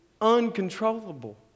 uncontrollable